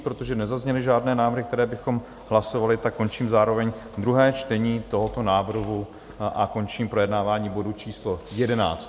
Protože nezazněly žádné návrhy, které bychom hlasovali, končím zároveň druhé čtení tohoto návrhu a končím projednávání bodu číslo 11.